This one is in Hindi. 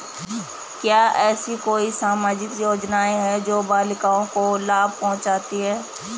क्या ऐसी कोई सामाजिक योजनाएँ हैं जो बालिकाओं को लाभ पहुँचाती हैं?